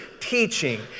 teaching